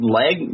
leg